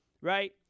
right